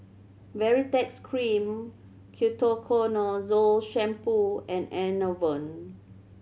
Baritex Cream Ketoconazole Shampoo and Enervon